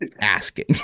asking